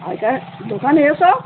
আগে কাল দোকানে এসো